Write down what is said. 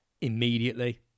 immediately